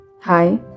Hi